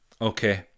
okay